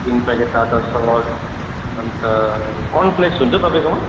तिन packet Tata salt अन्त cornflakes हुन्छ तपाईँकोमा